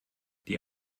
die